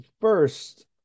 First